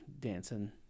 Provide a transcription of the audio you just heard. dancing